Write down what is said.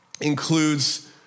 includes